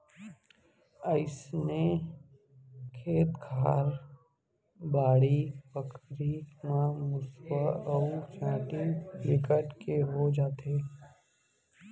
अइसने खेत खार, बाड़ी बखरी म मुसवा अउ चाटी बिकट के हो जाथे